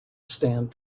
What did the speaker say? stand